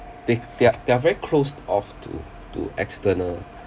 they they're they're very closed off to to external